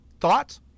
Thoughts